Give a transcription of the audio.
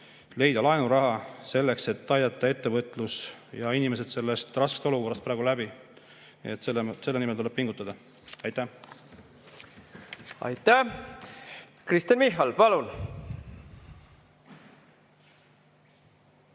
leiaksime laenuraha, et aidata ettevõtlust ja tuua inimesed sellest raskest olukorrast läbi. Selle nimel tuleb pingutada. Aitäh! Aitäh! Kristen Michal, palun!